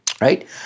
right